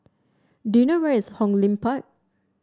do you know where is Hong Lim Park